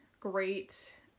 Great